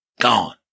gone